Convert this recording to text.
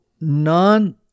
non